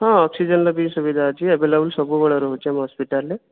ହଁ ଅକ୍ସିଜେନ୍ର ବି ସୁବିଧା ଅଛି ଆଭେଲେବୁଲ୍ ସବୁବେଳେ ରହୁଛି ଆମ ହସ୍ପିଟାଲ୍ରେ